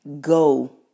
Go